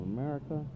America